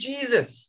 Jesus